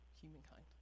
humankind